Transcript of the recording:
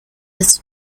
its